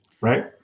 right